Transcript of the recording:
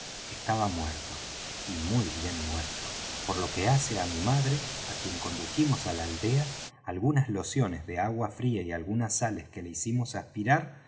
estaba muerto y muy bien muerto por lo que hace á mi madre á quien condujimos á la aldea algunas lociones de agua fría y algunas sales que le hicimos aspirar